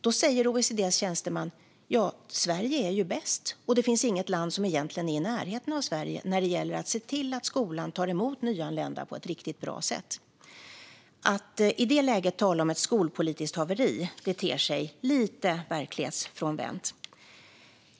Då säger OECD:s tjänsteman: Sverige är bäst, och det finns inget land som egentligen är i närheten av Sverige när det gäller att se till att skolan tar emot nyanlända på ett riktigt bra sätt. Att i detta läge tala om ett skolpolitiskt haveri ter sig lite verklighetsfrånvänt.